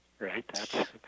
Right